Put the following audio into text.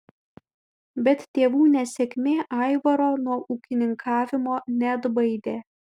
bet tėvų nesėkmė aivaro nuo ūkininkavimo neatbaidė